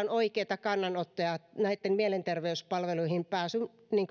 on oikeita kannanottoja mielenterveyspalveluihin pääsyn